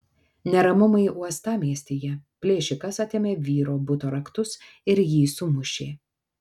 neramumai uostamiestyje plėšikas atėmė vyro buto raktus ir jį sumušė